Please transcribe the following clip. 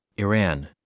Iran